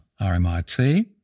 RMIT